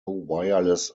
wireless